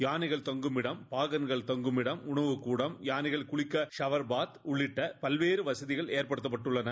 யானைகள் தங்குமிடம் பாகன்கள் தங்குமிடம் உணவுக்கூடம் யானைகள் குளிக்க ஷவர்பாத் உள்ளிட்ட பல்வேறு வசதிகள் எற்படுத்தப்பட்டுள்ளன